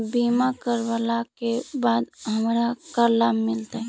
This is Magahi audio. बीमा करवला के बाद हमरा का लाभ मिलतै?